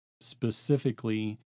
specifically